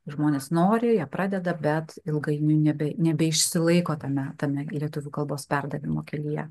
žmonės nori jie pradeda bet ilgainiui nebe nebeišsilaiko tame tame lietuvių kalbos perdavimo kelyje